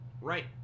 Right